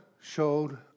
showed